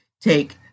take